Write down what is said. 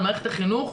על מערכת החינוך,